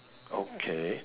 okay